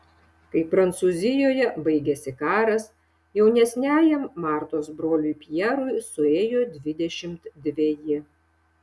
kai prancūzijoje baigėsi karas jaunesniajam martos broliui pjerui suėjo dvidešimt dveji